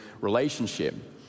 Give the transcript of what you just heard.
relationship